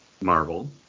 Marvel